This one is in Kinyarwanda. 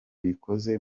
bikoze